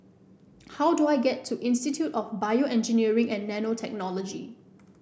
how do I get to Institute of BioEngineering and Nanotechnology